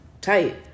Tight